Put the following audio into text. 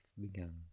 began